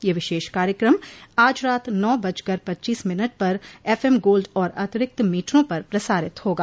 यह विशेष कार्यक्रम आज रात नौ बजकर पच्चीस मिनट पर एफएम गोल्डे और अतिरिक्त मीटरों पर प्रसारित होगा